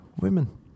women